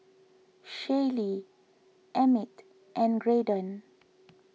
Shaylee Emmitt and Graydon